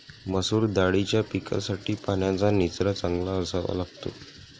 मसूर दाळीच्या पिकासाठी पाण्याचा निचरा चांगला असावा लागतो